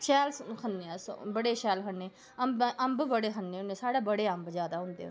शैल खन्ने आं अस बड़े शैल खन्ने अम्ब अम्ब बड़े खन्ने होने साढ़े बड़े अम्ब जादै होंदे